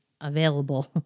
available